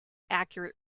accurate